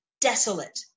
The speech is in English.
desolate